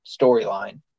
storyline